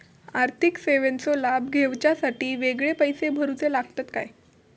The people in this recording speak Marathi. आर्थिक सेवेंचो लाभ घेवच्यासाठी वेगळे पैसे भरुचे लागतत काय?